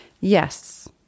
Yes